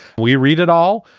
we read it all.